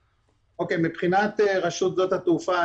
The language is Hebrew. מבחינת רשות שדות התעופה,